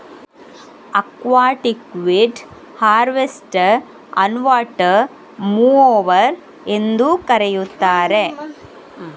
aquatic weed harvester ಅನ್ನುವಾಟರ್ mower ಎಂದೂ ಕರೆಯುತ್ತಾರೆ